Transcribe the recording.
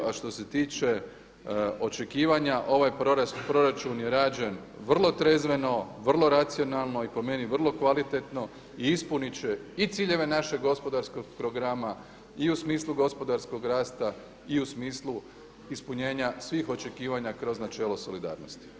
A što se tiče očekivanja ovaj proračun je rađen vrlo trezveno, vrlo racionalno i po meni vrlo kvalitetno i ispunit će i ciljeve našeg gospodarskog programa, i u smislu gospodarskog rasta i u smislu ispunjenja svih očekivanja kroz načelo solidarnosti.